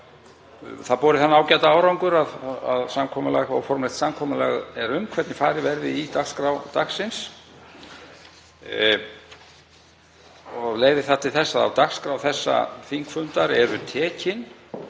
það borið þann ágæta árangur að óformlegt samkomulag er um hvernig farið verði í dagskrá dagsins. Leiðir það til þess að af dagskrá þessa þingfundar eru tekin